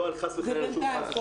לא חס וחלילה על שום דבר.